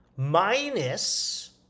minus